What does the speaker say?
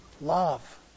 love